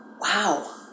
Wow